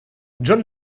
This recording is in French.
john